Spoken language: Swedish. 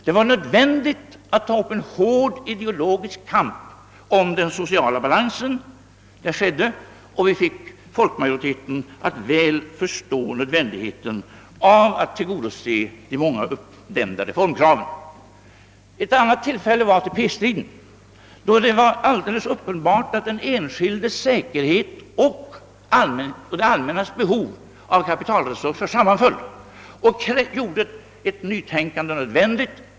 Det var då nödvändigt att ta upp en hård ideologisk kamp om den sociala balansen. Det gjorde vi också och vi fick folkmajoriteten att väl förstå vikten av att tillgodose de många uppdämda reformplanerna. Under ATP-striden var det alldeles uppenbart att den enskildes säkerhet och det allmännas behov av kapitalresurser sammanföll. Detta gjorde ett nytänkande nödvändigt.